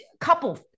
couple